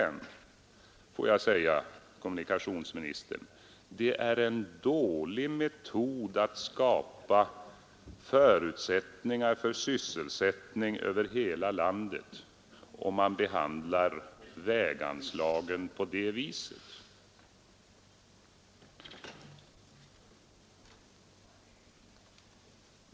Lördagen den Låt mig säga till kommunikationsministern: Det är en dålig metod att 16 december 1972 skapa förutsättningar för sysselsättning över hela landet, om man SSR ARE behandlar väganslagen på det viset.